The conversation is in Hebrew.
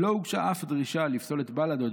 לא הוגשה אף דרישה לפסול את בל"ד או את